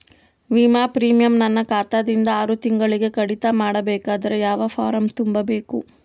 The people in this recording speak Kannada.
ವಿಮಾ ಪ್ರೀಮಿಯಂ ನನ್ನ ಖಾತಾ ದಿಂದ ಆರು ತಿಂಗಳಗೆ ಕಡಿತ ಮಾಡಬೇಕಾದರೆ ಯಾವ ಫಾರಂ ತುಂಬಬೇಕು?